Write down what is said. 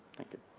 thank you.